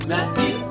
Matthew